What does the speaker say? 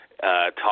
talk